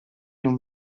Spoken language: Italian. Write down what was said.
non